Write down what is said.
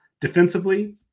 Defensively